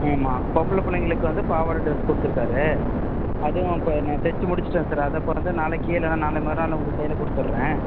ஆமாம் பொம்பளை பிள்ளைங்களுக்கு வந்து பாவாடை ட்ரெஸ் கொடுத்துருக்காரு அதுவும் இப்போ என்ன தச்சு முடிச்சுட்டேன் சார் அதை இப்போ வந்து நாளைக்கு இல்லை நாளை மறுநாள் உங்கள் கையில் கொடுத்துட்றேன்